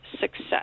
success